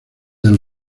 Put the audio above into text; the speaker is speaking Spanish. del